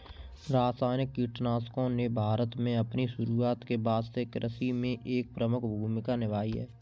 रासायनिक कीटनाशकों ने भारत में अपनी शुरूआत के बाद से कृषि में एक प्रमुख भूमिका निभाई है